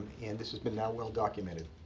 and this has been, now, well-documented.